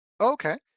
Okay